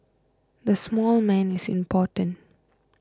the small man is important